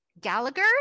Gallagher